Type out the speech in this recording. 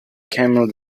camel